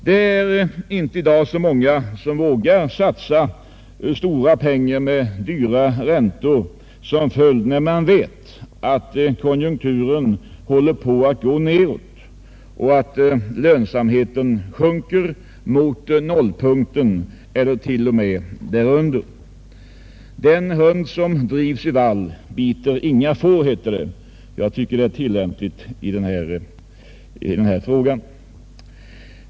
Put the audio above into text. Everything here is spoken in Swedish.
Det är i dag inte så många som vågar satsa stora pengar med dyra räntor som följd, när man vet att konjunkturen håller på att gå neråt och lönsamheten sjunker mot nollpunkten eller t.o.m. därunder. ”Den hund som drivs i vall biter inga får”, heter det. Jag tycker det är tillämpligt i denna fråga.